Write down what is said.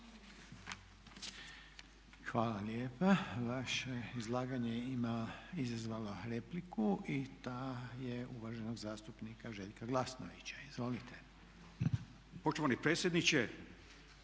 Hvala lijepa. Vaše izlaganje ima, izazvalo je repliku i ta je uvaženog zastupnika Željka Glasnovića. Izvolite. **Glasnović,